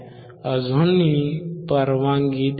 अजूनही परवानगी देत नाही